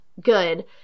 good